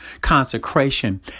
consecration